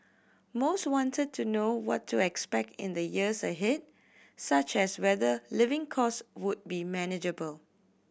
most wanted to know what to expect in the years ahead such as whether living cost would be manageable